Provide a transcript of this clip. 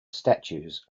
statues